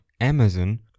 Amazon